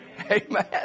Amen